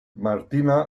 martina